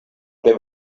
there